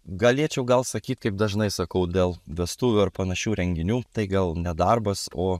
galėčiau gal sakyt kaip dažnai sakau dėl vestuvių ar panašių renginių tai gal ne darbas o